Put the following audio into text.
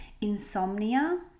Insomnia